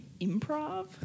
improv